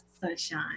sunshine